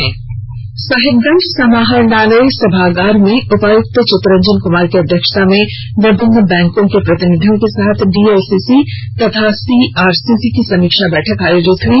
बैठक साहिबगंज समाहरणालय सभागार में उपायुक्त चितरंजन कुमार की अध्यक्षता में विमिन्न बैंकों के प्रतिनिधियों के साथ डीएलसीसी तथा सीआरसीसी की समीक्षा बैठक आयोजित हई